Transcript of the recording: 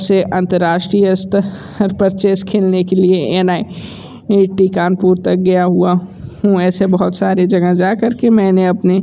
से अंतर्राष्ट्रीय स्त र पर चेस खेलने के लिए N I I T Kanpur तक गया हुआ हूँ ऐसे बहुत सारी जगहें जा कर के मैंने अपने